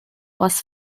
was